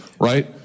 Right